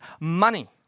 money